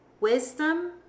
Wisdom